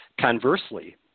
Conversely